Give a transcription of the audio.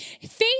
Faith